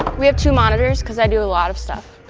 we have two monitors cause i do a lot of stuff.